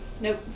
Nope